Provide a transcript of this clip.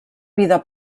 vida